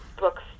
books